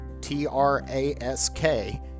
T-R-A-S-K